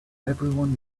everyone